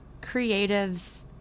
creatives